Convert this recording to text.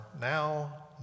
now